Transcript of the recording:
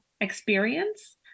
experience